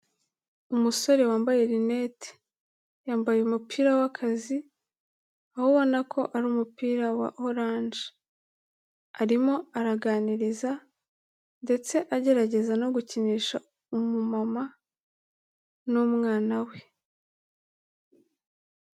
Umusore wambaye rinete, yambaye umupira w'akazi aho ubona ko ari umupira wa oranje, arimo araganiriza ndetse agerageza no gukinisha umumama n'umwana we.